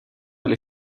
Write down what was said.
alle